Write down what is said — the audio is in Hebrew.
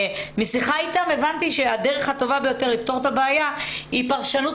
משיחה איתם הבנתי שהדרך הטובה ביותר לפתור את הבעיה היא פרשנות